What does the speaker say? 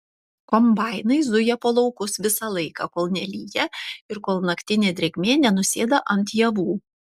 kombainai zuja po laukus visą laiką kol nelyja ir kol naktinė drėgmė nenusėda ant javų